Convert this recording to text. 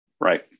right